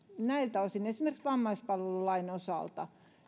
näiltä osin esimerkiksi vammaispalvelulain osalta